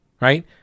right